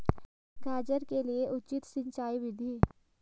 गाजर के लिए उचित सिंचाई विधि?